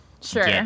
Sure